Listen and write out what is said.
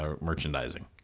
merchandising